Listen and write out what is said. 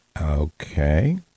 Okay